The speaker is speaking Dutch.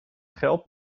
geld